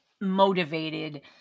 motivated